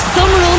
Summer